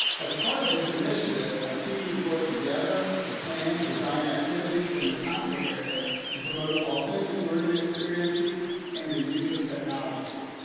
as part of this initiative, our teachers work together to plan and design activities in the content area to promote authentic learning experiences and the use of technology.